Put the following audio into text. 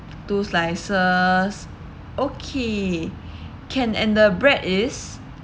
two slices okay can and the bread is